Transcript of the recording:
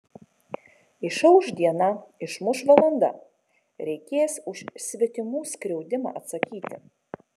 išauš diena išmuš valanda reikės už svetimų skriaudimą atsakyti